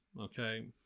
Okay